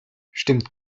stimmt